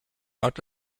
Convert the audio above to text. out